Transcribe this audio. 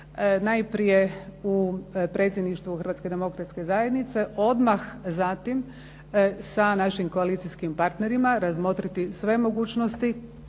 Najprije u predsjedništvu Hrvatske demokratske zajednice, odmah zatim sa našim koalicijskim partnerima razmotriti sve mogućnosti,